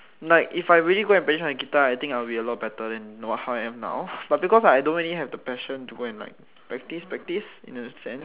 like if I really go and practise my guitar I think I'll be a lot better than you know how I am now but because I don't really have the passion to go and like practise practise in the sense